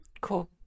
Cool